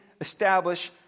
establish